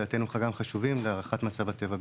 שגם חשובים להערכת מצב הטבע בישראל.